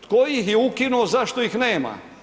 Tko ih je ukinuo i zašto ih nema?